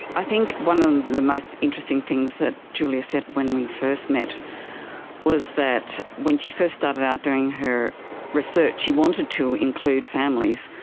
i think one of the most interesting things that julia said when we first met was that when she first started out doing her research she wanted to include families,